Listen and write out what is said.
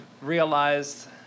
realized